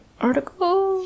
article